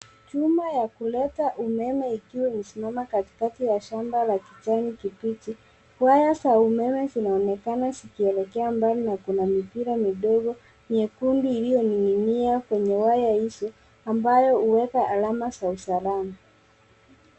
Chuma ya kuleta umeme ikiwa imesimama katikati ya shamba la kijani kibichi. Waya za umeme zinaonekana zikielekea mbali na kuna mipira midogo miekundu iliyongi'ngi'nia kwenye waya hizo ambayo hueka alama za usalama.